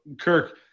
Kirk